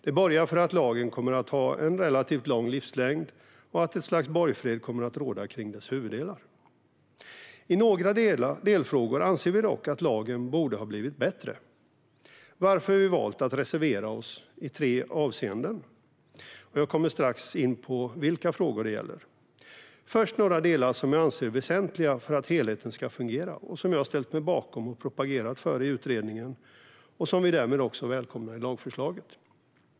Det borgar för att lagen kommer att ha en relativt lång livslängd och att ett slags borgfred kommer att råda kring dess huvuddelar. I några delfrågor anser vi dock att lagen borde ha blivit bättre, varför vi har valt att reservera oss i tre avseenden. Jag kommer strax in på vilka frågor det gäller. Först några delar som jag anser väsentliga för att helheten ska fungera och som jag ställt mig bakom och propagerat för i utredningen och som vi därmed också välkomnar i lagförslaget.